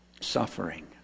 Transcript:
suffering